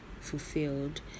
fulfilled